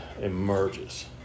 emerges